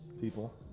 People